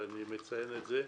ואני מציין את זה,